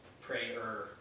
prayer